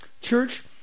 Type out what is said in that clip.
Church